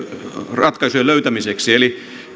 ratkaisujen löytämiseksi eli